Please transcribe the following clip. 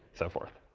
so forth.